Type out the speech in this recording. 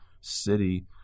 city